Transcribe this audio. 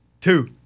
Two